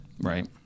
Right